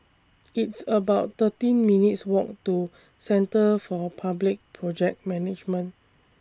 It's about thirteen minutes' Walk to Centre For Public Project Management